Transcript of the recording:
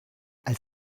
als